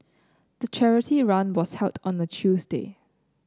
the charity run was held on a Tuesday